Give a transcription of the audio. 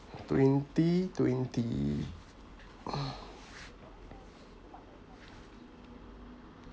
twenty twenty uh